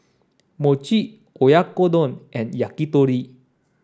Mochi Oyakodon and Yakitori